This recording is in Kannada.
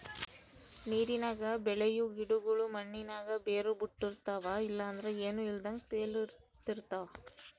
ನೀರಿನಾಗ ಬೆಳಿಯೋ ಗಿಡುಗುಳು ಮಣ್ಣಿನಾಗ ಬೇರು ಬುಟ್ಟಿರ್ತವ ಇಲ್ಲಂದ್ರ ಏನೂ ಇಲ್ದಂಗ ತೇಲುತಿರ್ತವ